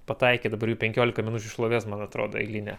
pataikė dabar į penkiolika minučių šlovės man atrodo eilinę